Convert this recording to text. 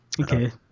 okay